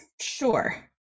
Sure